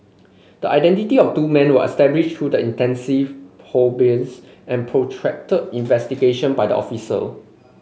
the identity of two men were established through intensive probes and protracted investigation by the officer